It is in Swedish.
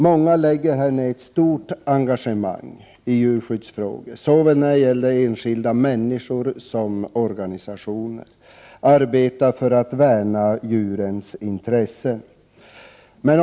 Många lägger ner ett stort engagemang i djurskyddsfrågor — såväl enskilda människor som olika organisationer arbetar för att värna djurens intressen.